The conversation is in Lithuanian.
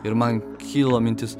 ir man kilo mintis